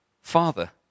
father